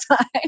time